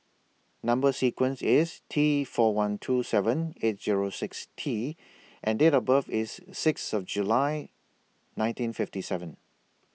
Number sequence IS T four one two seven eight Zero six T and Date of birth IS Sixth of July nineteen fifty seven